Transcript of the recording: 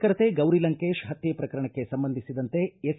ಪತ್ರಕರ್ತೆ ಗೌರಿ ಲಂಕೇಶ್ ಹತ್ತೆ ಪ್ರಕರಣಕ್ಕೆ ಸಂಬಂಧಿಸಿದಂತೆ ಎಸ್